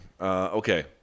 Okay